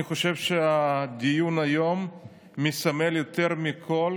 אני חושב שהדיון היום מסמל יותר מכול